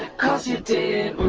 course you did